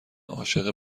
عاشق